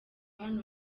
hano